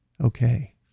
okay